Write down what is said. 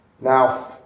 Now